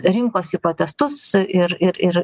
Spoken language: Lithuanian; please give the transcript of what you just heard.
rinkosi protestus ir ir ir